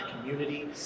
community